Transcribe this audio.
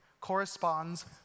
corresponds